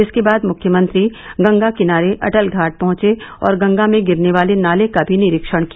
इसके बाद मुख्यमंत्री गंगा किनारे अटल घाट पहुंचे और गंगा में गिरने वाले नाले का भी निरीक्षण किया